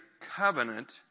covenant